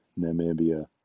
Namibia